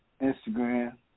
Instagram